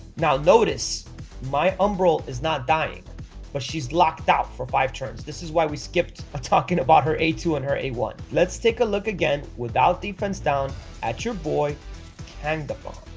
now notice my umbral is not dying but she's locked out for five turns this is why we skipped ah talking about her two and her a one let's take a look again without defense down at your boy and but